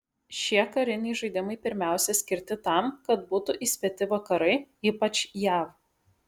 šie kariniai žaidimai pirmiausia skirti tam kad būtų įspėti vakarai ypač jav